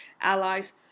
allies